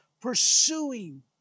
pursuing